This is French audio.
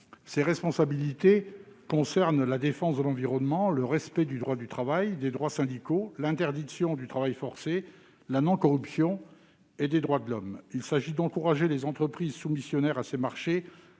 et environnementale, notamment la défense de l'environnement, le respect du droit du travail et des droits syndicaux, l'interdiction du travail forcé, la non-corruption ainsi que les droits de l'homme. Il s'agit d'encourager ainsi les entreprises soumissionnaires aux marchés